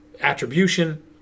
attribution